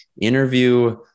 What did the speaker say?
interview